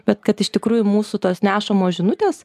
bet kad iš tikrųjų mūsų tos nešamos žinutės